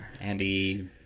andy